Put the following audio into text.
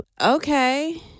Okay